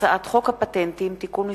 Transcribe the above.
הצעת חוק הפטנטים (תיקון מס'